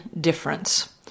difference